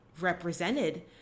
represented